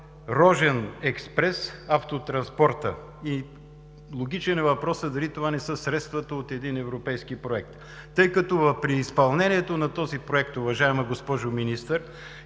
„Рожен Експрес“ – автотранспорта. Логичен е въпросът: дали това не са средствата от един европейски проект? Тъй като при изпълнението на този проект, уважаема госпожо Министър,